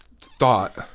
thought